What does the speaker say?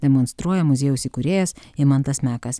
demonstruoja muziejaus įkūrėjas imantas mekas